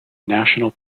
national